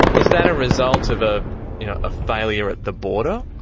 is that a result of ah a failure at the border?